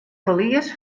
ferlies